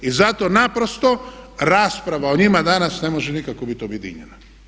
I zato naprosto rasprava o njima danas ne može nikako bit objedinjena.